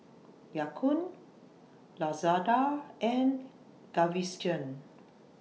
Ya Kun Lazada and Gaviscon